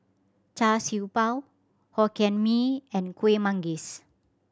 Char Siew Bao Hokkien Mee and Kueh Manggis